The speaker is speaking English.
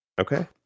Okay